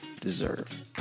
deserve